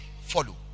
follow